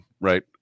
right